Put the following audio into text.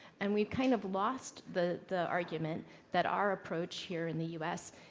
and we kind of lost the the argument that our approach here in the u s.